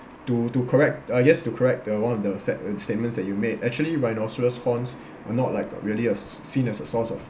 to to correct uh yes to correct the one of the fact uh statements that you made actually rhinoceros' horns are not like really are seen as a source of